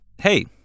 hey